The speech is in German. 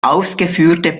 ausgeführte